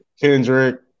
Kendrick